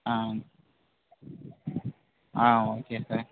ஆ ஆ okay sir